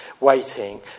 waiting